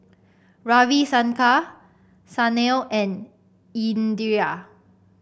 Ravi Shankar Sanal and Indira